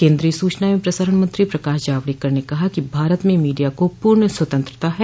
केन्द्रीय सूचना एवं प्रसारण मंत्री प्रकाश जावड़ेकर ने कहा है कि भारत में मीडिया को पूर्ण स्वतंत्रता है